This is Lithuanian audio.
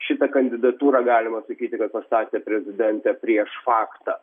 šitą kandidatūrą galima sakyti kad pastatė prezidentę prieš faktą